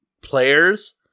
players